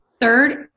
Third